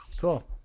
cool